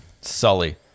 Sully